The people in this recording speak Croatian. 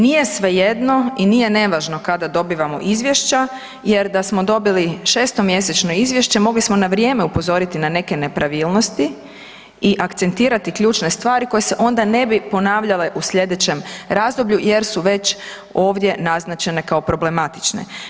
Nije svejedno i nije nevažno kada dobivamo izvješća jer da smo dobili šestomjesečno izvješće mogli smo na vrijeme upozoriti na neke nepravilnosti i akcentirati ključne stvari koje se onda ne bi ponavljale u slijedećem razdoblju jer su već ovdje naznačene kao problematične.